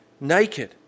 naked